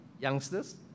youngsters